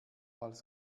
als